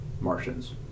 Martians